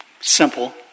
simple